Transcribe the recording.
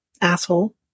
asshole